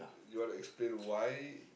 you wanna explain why